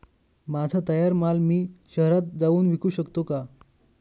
माझा तयार माल मी शहरात जाऊन विकू शकतो का?